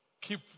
keep